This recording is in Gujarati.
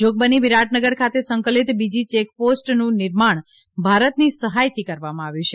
જોગબની વિરાટનગર ખાતે સંકલિત બીજી ચેકપોસ્ટનું નિર્માણ ભારતની સહાયથી કરવામાં આવ્યું છે